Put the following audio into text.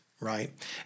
right